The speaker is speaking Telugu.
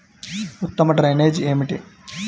ఉత్తమ డ్రైనేజ్ ఏమిటి?